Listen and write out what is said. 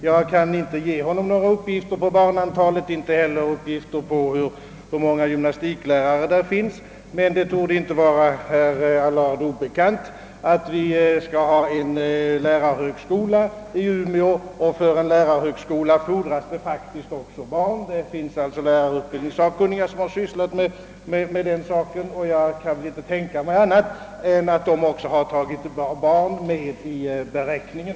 Jag kan inte ge herr Allard några uppgifter om antalet barn i Umeå, och inte heller kan jag säga, hur många gymnastiklärare det finns i staden. Det torde emellertid inte vara herr Allard obekant, att vi skall ha en lärarhögskola i Umeå och för en lärarhögskola fordras det faktiskt också barn. Man kan alltså utgå ifrån att lärarutbildningssakkunniga har sysslat även med denna fråga och jag kan inte tänka mig annat, än att de har tagit barnen med i beräkningen.